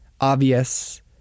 obvious